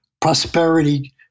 prosperity